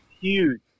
huge